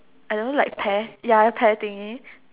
I don't know like pear ya a pear thingy